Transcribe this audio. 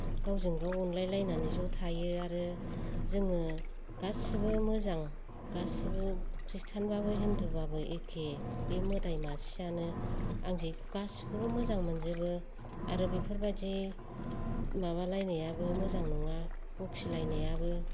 गावजों गाव अनलायलायनानै ज' थायो आरो जोङो गासैबो मोजां गासैबो खृष्टियानबाबो हिन्दुबाबो एखे बे मोदाय मासेयानो आं जे गासैखौबो मोजां मोनजोबो आरो बेफोरबायदि माबा लायनायाबो मोजां नङा बखिलायनायाबो